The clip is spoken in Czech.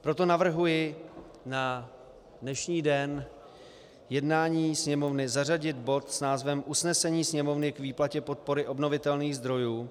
Proto navrhuji na dnešní den jednání Sněmovny zařadit bod s názvem Usnesení Sněmovny k výplatě podpory obnovitelných zdrojů.